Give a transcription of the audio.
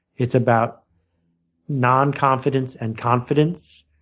it's about non-confidence and confidence,